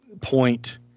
point